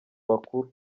abakuru